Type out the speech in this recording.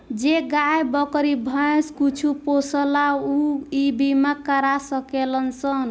जे गाय, बकरी, भैंस कुछो पोसेला ऊ इ बीमा करा सकेलन सन